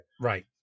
right